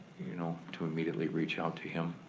you know to immediately reach out to him.